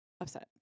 upset